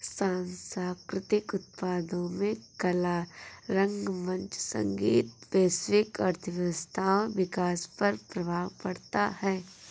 सांस्कृतिक उत्पादों में कला रंगमंच संगीत वैश्विक अर्थव्यवस्थाओं विकास पर प्रभाव पड़ता है